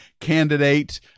candidate